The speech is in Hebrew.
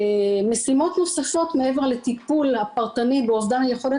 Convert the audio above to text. משימות נוספות מעבר לטיפול הפרטני באבדן היכולת